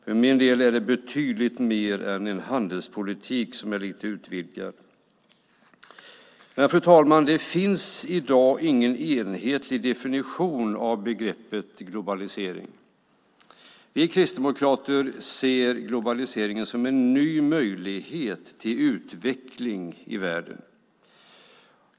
För min del är det betydligt mer än en handelspolitik som är rätt utvidgad. Fru talman! Det finns i dag ingen enhetlig definition av begreppet globalisering. Vi kristdemokrater ser globaliseringen som en ny möjlighet till utveckling i världen.